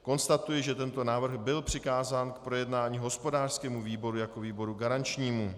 Konstatuji, že tento návrh byl přikázán k projednání hospodářskému výboru jako výboru garančnímu.